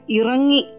irangi